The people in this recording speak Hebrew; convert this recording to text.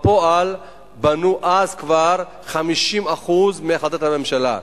ובפועל בנו, כבר אז, 50% מהחלטת הממשלה.